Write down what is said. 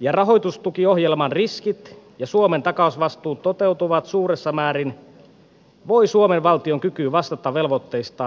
ja rahoitustukiohjelman riskit ja suomen takausvastuut toteutuvat suuressa määrin voi suomen valtion kyky vastata velvoitteistaan merkittävästi heikentyä